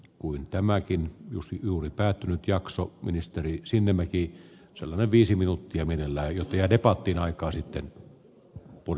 kuin tämäkin nousi juuri päättynyt jaksot ministeri sinnemäki on selvä viisi minuuttia vedellä ja aiheuttamattomaksi raaka aineeksi